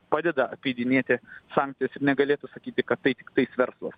padeda apeidinėti sankcijas ir negalėtų sakyti kad tai tiktais verslas